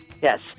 Yes